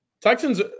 Texans